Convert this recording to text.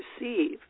receive